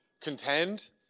contend